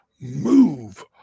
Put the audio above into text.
move